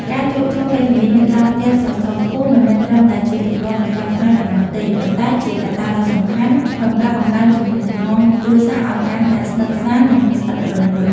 ការជួបជុំពេលល្ងាចនៅក្រោមផ្ទះសសរខ្ពស់មិនមែនត្រឹមតែជាទម្លាប់ប្រចាំថ្ងៃប៉ុណ្ណោះទេ ប៉ុន្តែជាកត្តាដ៏សំខាន់ក្នុងការបង្កើនចំណងគ្រួសារឱ្យកាន់តែស្និទ្ធស្នាល និងស្អិតរមួត។